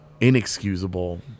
inexcusable